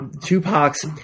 Tupac's